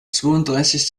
zwounddreißig